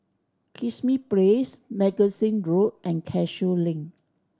Kismis Place Magazine Road and Cashew Link